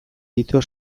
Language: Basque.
ditu